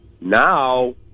Now